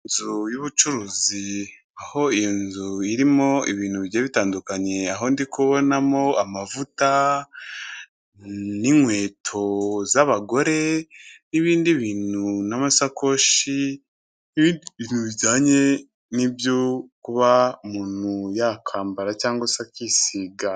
Inzu y'ubucuruzi, aho iyi nzu irimo ibintu bigiye bitandukanye, aho ndikubonamo amavuta n'inkweto z'abagore n'ibindi bintu n'amasakoshi, n'ibindi bintu bijyanye n'ibyo kuba umuntu yakambara cyangwa se akisiga.